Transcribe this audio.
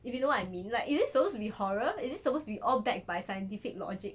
if you don't want you mean like is it supposed to be horror is it supposed to be all backed by scientific logic